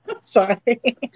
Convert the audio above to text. sorry